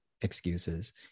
excuses